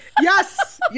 yes